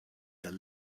their